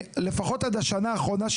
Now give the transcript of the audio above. לפחות עד השנה האחרונה,